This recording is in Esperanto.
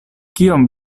kion